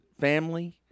family